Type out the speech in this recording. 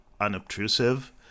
unobtrusive